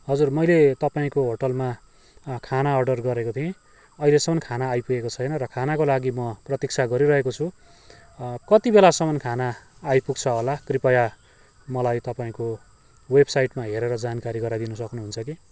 हजुर मैले तपाईँको होटेलमा खाना अर्डर गरेको थिएँ अहिलेसम्म खाना आइपुगेको छैन र खानाको लागि म प्रतीक्षा गरिरहेको छु कति बेलासम्म खाना आइपुग्छ होला कृपया मलाई तपाईँको वेबसाइटमा हेरेर जानकारी गराइदिन सक्नुहुन्छ कि